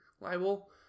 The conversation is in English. libel